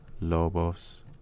Lobos